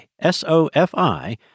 S-O-F-I